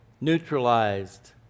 neutralized